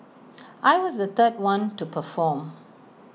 I was the third one to perform